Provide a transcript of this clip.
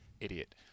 idiot